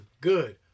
good